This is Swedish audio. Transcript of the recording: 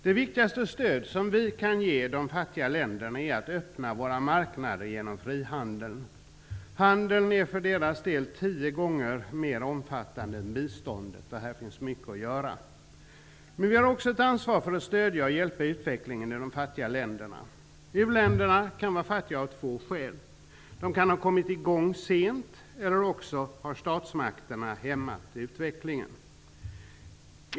Det viktigaste stöd som vi kan ge de fattiga länderna är att öppna våra marknader genom frihandeln. Handeln är för deras del tio gånger mer omfattande än biståndet. Här finns mycket att göra. Men vi har också ett ansvar för att stödja och hjälpa utvecklingen i de fattiga länderna. U-länder kan vara fattiga av två skäl. De kan ha kommit i gång sent, eller också har statsmakten hämmat utvecklingen.